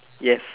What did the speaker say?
yes